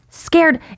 scared